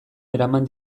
eraman